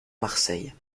marseille